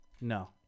No